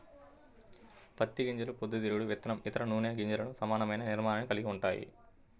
పత్తి గింజలు పొద్దుతిరుగుడు విత్తనం, ఇతర నూనె గింజలకు సమానమైన నిర్మాణాన్ని కలిగి ఉంటాయి